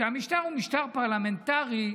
כשהמשטר הוא משטר פרלמנטרי,